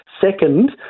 Second